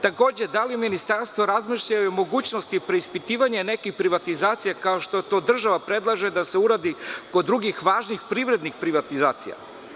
Takođe, da li Ministarstvo razmišlja i o mogućnosti preispitivanja nekih privatizacija, kao što to država predlaže da se uradi kod drugih važnih privrednih privatizacija?